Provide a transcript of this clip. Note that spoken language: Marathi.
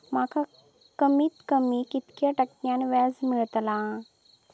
माका कमीत कमी कितक्या टक्क्यान व्याज मेलतला?